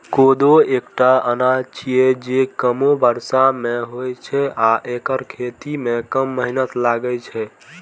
कोदो एकटा अनाज छियै, जे कमो बर्षा मे होइ छै आ एकर खेती मे कम मेहनत लागै छै